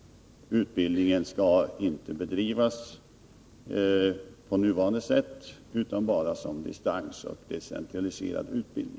Utbildningen skall inte bedrivas som nu utan bara som distansutbildning och decentraliserad utbildning.